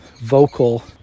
vocal